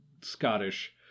scottish